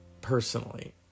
Personally